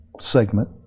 segment